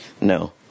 No